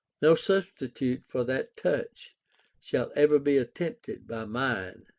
no substitute for that touch shall ever be attempted by mine.